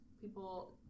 people